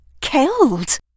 Killed